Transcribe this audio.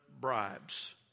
bribes